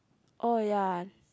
oh ya